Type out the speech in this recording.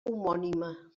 homònima